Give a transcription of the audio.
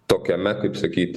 tokiame kaip sakyt